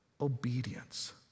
obedience